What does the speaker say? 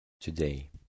today